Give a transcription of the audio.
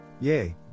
Yay